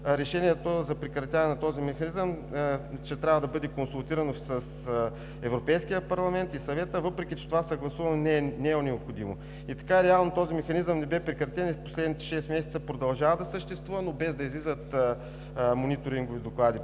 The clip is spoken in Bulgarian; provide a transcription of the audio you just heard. решението за прекратяване на този механизъм трябва да бъде консултирано с Европейския парламент и със Съвета, въпреки че това съгласуване не е необходимо. Реално този механизъм не бе прекратен и в последните шест месеца продължава да съществува, но без да излизат мониторингови доклади